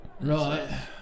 Right